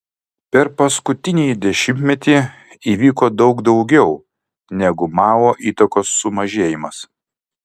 per paskutinįjį dešimtmetį įvyko daug daugiau negu mao įtakos sumažėjimas